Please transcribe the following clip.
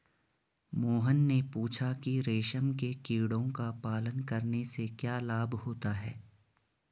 मोहन ने पूछा कि रेशम के कीड़ों का पालन करने से क्या लाभ होता है?